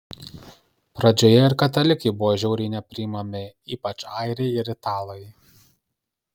pradžioje ir katalikai buvo žiauriai nepriimami ypač airiai ir italai